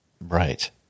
Right